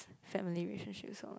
family relationships or